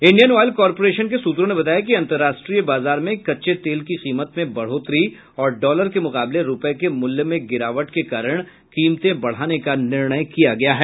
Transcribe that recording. Indian oil corporation के सूत्रों ने बताया कि अंतर्राष्ट्रीय बाजार मे कच्चे तेल की कीमत में बढोतरी और डॉलर के मुकाबले रूपये के मूल्य में गिरावट के कारण कीमतें बढ़ाने का निर्णय किया गया है